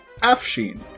Afshin